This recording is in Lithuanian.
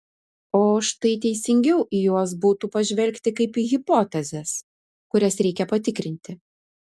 o štai teisingiau į juos būtų pažvelgti kaip į hipotezes kurias reikia patikrinti